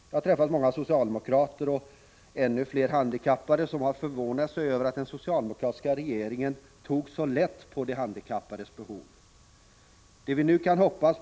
Jag har träffat många socialdemokrater och ännu fler handikappade som har förvånat sig över att den socialdemokratiska regeringen tog så lätt på de handikappades behov.